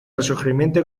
resurgimiento